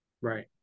Right